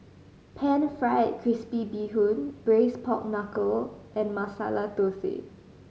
Pan Fried Crispy Bee Hoon Braised Pork Knuckle and Masala Thosai